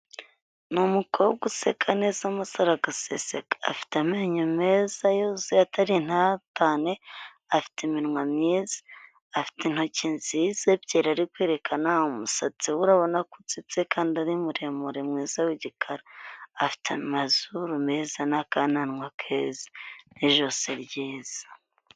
Ni umukobwa useka neza umasaro agaseseka afite amenyo meza yuzuye atari inatane afite iminwa myiza afite intoki nziza ebyiri ari kwerekana umusatsi urabona ko utsitse kandi ari muremure mwiza w'igikara afite amazuru meza n'akanwa keza n'ijosi ryiza.